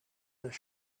this